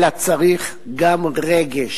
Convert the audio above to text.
אלא שבדין צריך גם רגש,